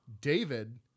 David